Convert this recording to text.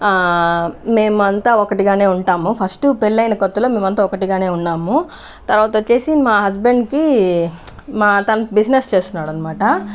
మేమంతా ఒక్కటిగానే ఉంటాము ఫస్ట్ పెళ్లయిన కొత్తలో మేమంతా ఒకటిగానే ఉన్నాము తర్వాత వచ్చేసి మా హస్బెండ్కి మా తను బిజినెస్ చేస్తున్నాడు అనమాట